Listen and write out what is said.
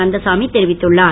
கந்தசாமி தெரிவித்துள்ளார்